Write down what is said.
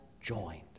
joined